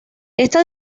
esta